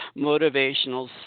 motivational